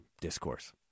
discourse